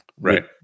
right